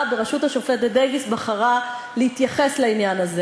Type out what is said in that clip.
בראשות השופטת דייוויס בחרה להתייחס לעניין הזה.